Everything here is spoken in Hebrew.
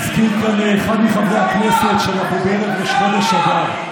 הזכיר כאן אחד מחברי הכנסת שאנחנו בערב ראש חודש אדר.